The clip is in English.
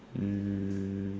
um